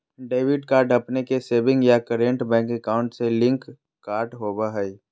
debit card अपने के savings या करंट बैंक अकाउंट से लिंक्ड कार्ड होबा हइ